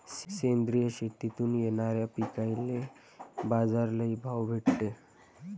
सेंद्रिय शेतीतून येनाऱ्या पिकांले बाजार लई भाव भेटते